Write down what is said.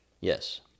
Yes